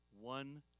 one